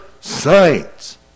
saints